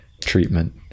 treatment